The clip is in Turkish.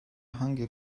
hangi